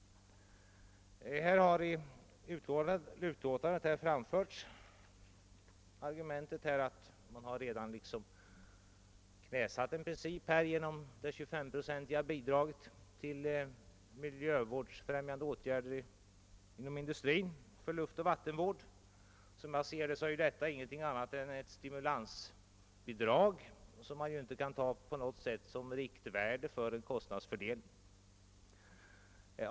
I utskottsutlåtandet framförs argumentet att man redan knäsatt en princip genom det 25-procentiga bidraget till miljövårdsfrämjande åtgärder — för luftoch vattenvård — inom industrin. Detta är emellertid enligt min mening ingenting annat än ett stimulansbidrag som inte på något vis kan sättas som riktvärde för en kostnadsfördelning.